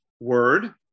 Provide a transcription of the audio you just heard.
word